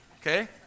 okay